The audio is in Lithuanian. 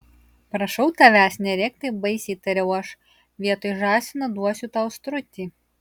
prašau tavęs nerėk taip baisiai tariau aš vietoj žąsino duosiu tau strutį